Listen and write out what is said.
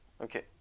Okay